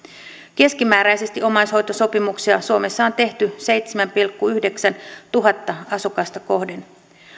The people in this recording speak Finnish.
keskimääräisesti omaishoitosopimuksia suomessa on tehty seitsemän pilkku yhdeksän tuhatta asukasta kohden